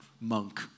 monk